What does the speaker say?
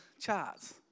charts